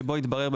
שבו התברר,